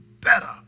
better